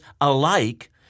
alike